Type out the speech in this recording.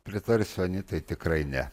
pritarsiu anytai tikrai ne